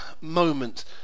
Moment